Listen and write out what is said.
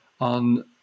on